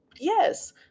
Yes